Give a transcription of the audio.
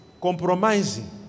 compromising